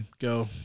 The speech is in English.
go